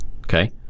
okay